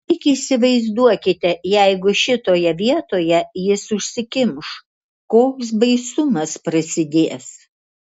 tik įsivaizduokite jeigu šitoje vietoje jis užsikimš koks baisumas prasidės